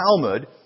Talmud